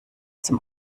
zum